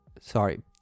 sorry